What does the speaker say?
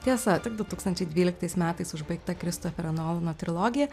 tiesa tik du tūkstančiai dvyliktais metais užbaigta kristoferio nolano trilogija